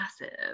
massive